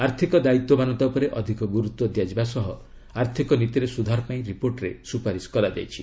ଆର୍ଥିକ ଦାୟିତ୍ୱବାନତା ଉପରେ ଅଧିକ ଗୁରୁତ୍ୱ ଦିଆଯିବା ସହ ଆର୍ଥିକ ନୀତିରେ ସୁଧାର ପାଇଁ ରିପୋର୍ଟରେ ସୁପାରିସ୍ କରାଯାଇଛି